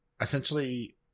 essentially